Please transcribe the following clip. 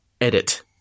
edit